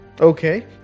Okay